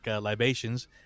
libations